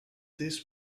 this